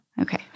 Okay